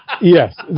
Yes